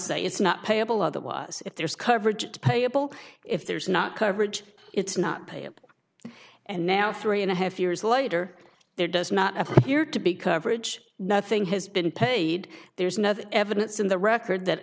say it's not payable of that was if there is coverage payable if there's not coverage it's not pay up and now three and a half years later there does not appear to be coverage nothing has been paid there's enough evidence in the record that